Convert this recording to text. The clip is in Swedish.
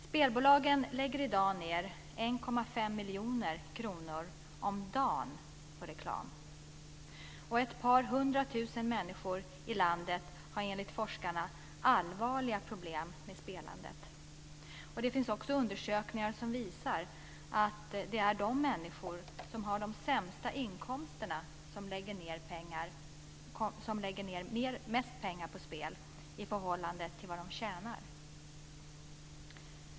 Spelbolagen lägger i dag 1,5 miljoner kronor om dagen på reklam. Ett par hundratusen människor i landet har enligt forskarna allvarliga problem med spelandet. Det finns också undersökningar som visar att det är de människor som har de sämsta inkomsterna som lägger mest pengar på spel i förhållande till vad de tjänar.